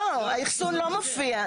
לא, האחסון לא מופיע.